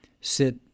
sit